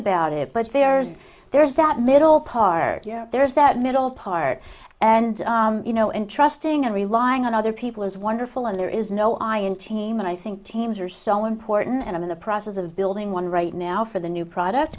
about it but there's there's that little part you know there's that middle part and you know and trusting and relying on other people is wonderful and there is no i in team and i think teams are so important and i'm in the process of building one right now for the new product